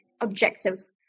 objectives